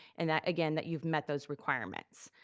and that again, that you've met those requirements.